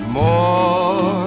more